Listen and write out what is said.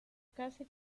casi